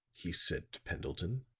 he said to pendleton.